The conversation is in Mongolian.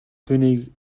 түүний